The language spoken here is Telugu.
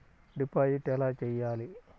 డిపాజిట్ ఎలా చెయ్యాలి?